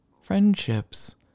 friendships